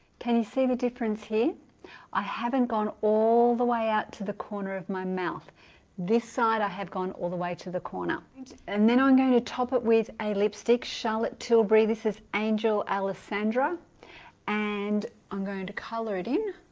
can you see the difference here i haven't gone all the way out to the corner of my mouth this side i have gone all the way to the corner and then i'm going to top it with a lipstick charlotte tilbury this is angel alessandra and i'm going to color it in